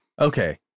Okay